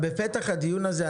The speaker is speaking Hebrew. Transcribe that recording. בפתח הדיון הזה,